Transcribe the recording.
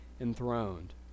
enthroned